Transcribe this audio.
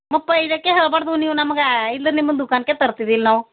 ಮುಪ್ಪ ಇಡೋಕ್ಕೇ ಹೋಗಬಾರದು ನೀವು ನಮಗೆ ಇಲ್ಲ ನಿಮ್ಮ ದುಕಾನಿಗೆ ತರ್ತೀವಿ ಇಲ್ಲ ನಾವು